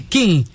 King